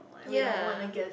ya